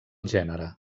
gènere